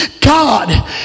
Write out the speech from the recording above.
God